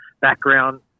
background